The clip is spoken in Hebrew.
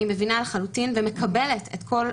אני מבינה לחלוטין ומקבלת את כל